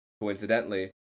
coincidentally